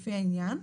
לפי העניין,